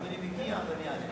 אם אני מגיע אז אני אענה.